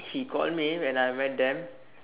he call me when I meet them